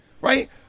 right